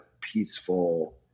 peaceful